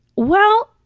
well.